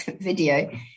video